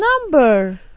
number